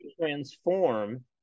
transform